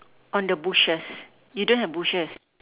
on the bushes you don't have bushes